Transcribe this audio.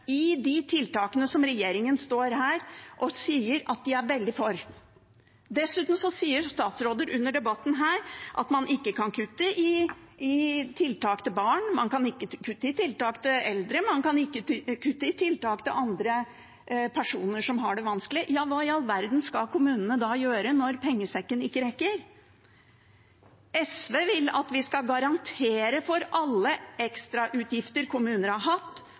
i de tiltakene som regjeringen står her og sier at de er veldig for. Dessuten sier statsråder under debatten her at man ikke kan kutte i tiltak til barn, man kan ikke kutte i tiltak til eldre, man kan ikke kutte i tiltak til andre personer som har det vanskelig. Hva i all verden skal kommunene da gjøre når pengesekken ikke rekker? SV vil at vi skal garantere for alle ekstrautgifter kommuner har hatt,